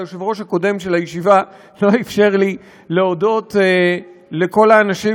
והיושב-ראש הקודם של הישיבה לא אפשר לי להודות לכל האנשים